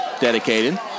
dedicated